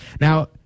Now